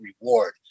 reward